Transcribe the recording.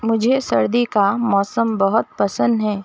مجھے سردی کا موسم بہت پسند ہے